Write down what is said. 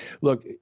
Look